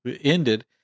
ended